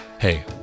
Hey